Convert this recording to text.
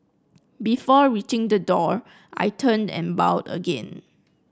before reaching the door I turned and bowed again